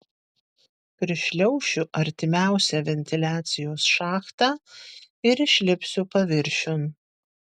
prišliaušiu artimiausią ventiliacijos šachtą ir išlipsiu paviršiun